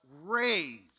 raised